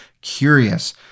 curious